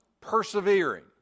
persevering